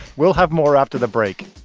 we'll have more after the break